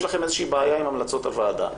יש לכם איזו שהיא בעיה עם המלצות הוועדה,